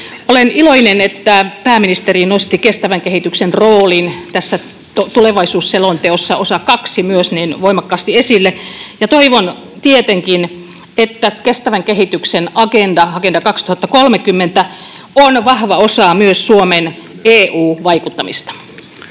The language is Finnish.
Olen iloinen, että pääministeri nosti kestävän kehityksen roolin tässä tulevaisuusselonteon toisessa osassa myös voimakkaasti esille, ja toivon tietenkin, että kestävän kehityksen agenda, Agenda 2030, on vahva osa myös Suomen EU-vaikuttamista.